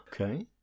Okay